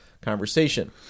conversation